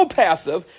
passive